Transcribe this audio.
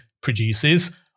produces